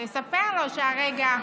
תספר לו שהרגע,